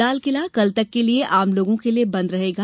लाल किला कल तक के लिए आम लोगों के लिए बंद रहेगा